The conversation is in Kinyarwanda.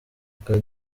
bwa